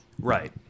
Right